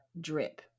drip